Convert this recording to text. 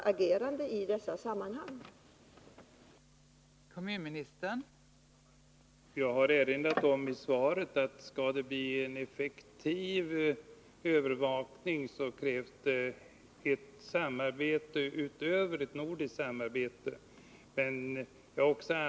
Kanske behöver konventionerna ses över.